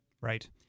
Right